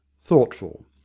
thoughtful